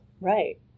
Right